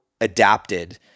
adapted